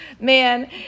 man